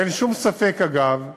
אין שום ספק, אגב,